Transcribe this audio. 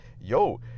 yo